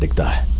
like die.